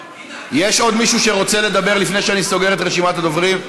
יש עוד מישהו שרוצה לדבר לפני שאני סוגר את רשימת הדוברים?